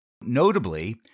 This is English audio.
Notably